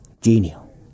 Genial